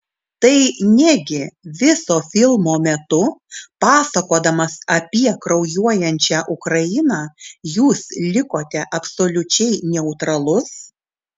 tai negi viso filmo metu pasakodamas apie kraujuojančią ukrainą jūs likote absoliučiai neutralus